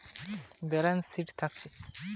সব গুলা ব্যবসার একটা কোরে ব্যালান্স শিট থাকছে